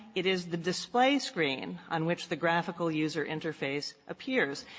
it is the display screen on which the graphical user interface appears.